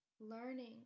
learning